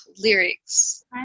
lyrics